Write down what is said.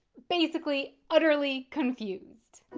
basically, utterly confused. and